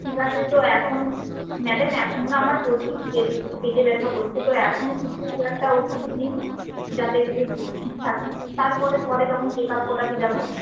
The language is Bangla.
ঠিক আছে তো এখন ম্যাডাম এখন না আমার প্রচুর পেটে ব্যাথা করছে তো এখন কিছু একটা ওষুধ দিন যাতে একটু ঠিক থাকি তারপর পরে তখন চেক আপ করাতে যাব